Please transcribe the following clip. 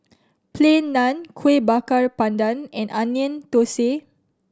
Plain Naan Kueh Bakar Pandan and Onion Thosai